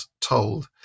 told